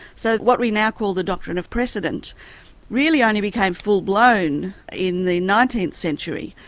so what we now call the doctrine of precedent really only became full-blown in the nineteenth century,